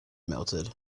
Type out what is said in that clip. melted